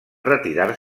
retirar